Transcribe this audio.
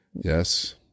Yes